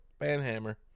Banhammer